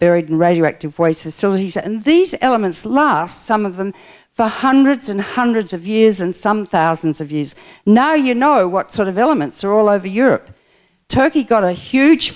buried in radioactive voices so he's and these elements last some of them for hundreds and hundreds of years and some thousands of years now you know what sort of elements are all over europe turkey got a huge